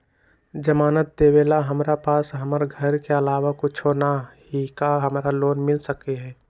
जमानत देवेला हमरा पास हमर घर के अलावा कुछो न ही का हमरा लोन मिल सकई ह?